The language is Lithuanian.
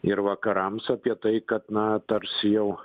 ir vakarams apie tai kad na tarsi jau